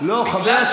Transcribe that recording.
אבל היו"ר,